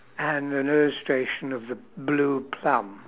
and an illustration of the blue plum